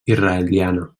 israeliana